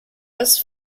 was